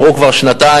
עברו כבר שנתיים,